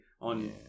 on